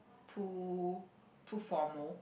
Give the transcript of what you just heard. too too formal